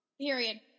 Period